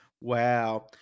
Wow